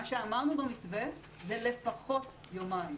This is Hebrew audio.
מה שאמרנו במתווה זה לפחות יומיים.